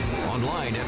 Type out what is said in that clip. online